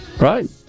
Right